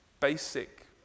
basic